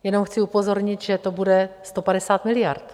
Jenom chci upozornit, že to bude 150 miliard.